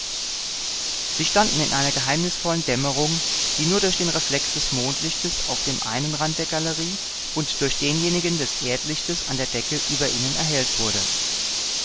sie standen in einer geheimnisvollen dämmerung die nur durch den reflex des mondlichtes auf dem einen rand der galerie und durch denjenigen des erdlichtes an der decke über ihnen erhellt wurde